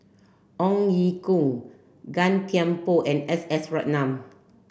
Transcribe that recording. Ong Ye Kung Gan Thiam Poh and S S Ratnam